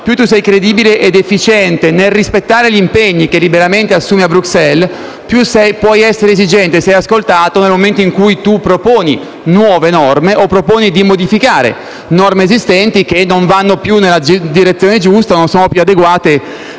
più sei credibile ed efficiente nel rispettare gli impegni che liberamente assumi a Bruxelles e più sei ascoltato nel momento in cui proponi nuove norme o modifiche di norme esistenti che non vanno nella direzione giusta o non sono più adeguate